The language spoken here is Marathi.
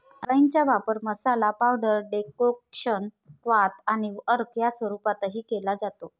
अजवाइनचा वापर मसाला, पावडर, डेकोक्शन, क्वाथ आणि अर्क या स्वरूपातही केला जातो